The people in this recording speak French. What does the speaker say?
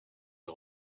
les